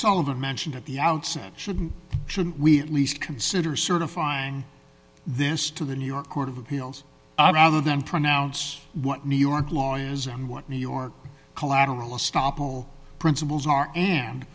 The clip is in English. sullivan mentioned at the outset shouldn't shouldn't we at least consider certifying this to the new york court of appeals rather than pronounce what new york law is and what new york collateral estoppel principles are and